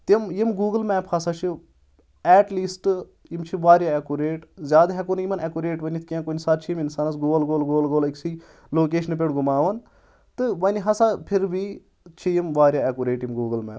تِم یِم Google map ہَسا چھِ ایٹ لیٖسٹہٕ یِم چھِ واریاہ ایٚکوٗریٹ زیادٕ ہؠکو نہٕ یِمَن ایٚکوٗریٹ ؤنِتھ کینٛہہ کُنہِ ساتہٕ چھِ یِم اِنسانَس گول گول گول گول أکسٕے لوکیشنہٕ پؠٹھ گُماوان تہٕ وۄنۍ ہسا پھر بی چھِ یِم واریاہ ایٚکوریٹ یِم گوٗگٕل میپ